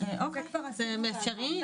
זה אפשרי?